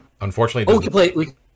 Unfortunately